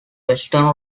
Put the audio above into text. western